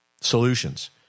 solutions